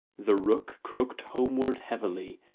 the rook croaked homeward heavily,